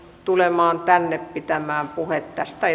tulemaan tänne pitämään puhetta tästä